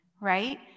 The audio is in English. right